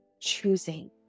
choosing